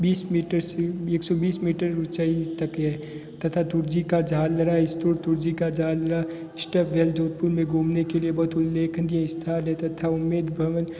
बीस मीटर से एक सौ बीस मीटर उँचाई तक है तथा तुर्जी का झालर स्थूप तुर्जी का झलर स्टेपवेल जोधपुर में घूमने के लिए बहुत उल्लेखनीय स्थल है तथा उमेद भवन